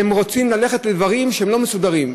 הם רוצים ללכת לדברים שהם לא מסודרים,